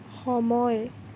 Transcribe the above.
সময়